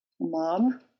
mom